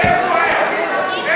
65%. איפה ה-35%?